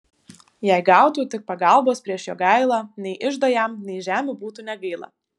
jei gautų tik pagalbos prieš jogailą nei iždo jam nei žemių būtų negaila